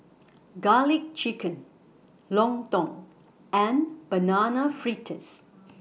Garlic Chicken Lontong and Banana Fritters